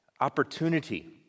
opportunity